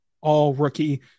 All-Rookie